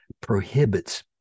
prohibits